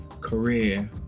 career